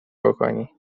بکنی